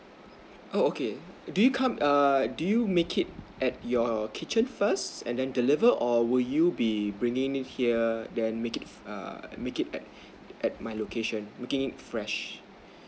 oh okay do you come err do you make it at your kitchen first and then deliver or would you be bringing it here then make it err make it at at my location making it fresh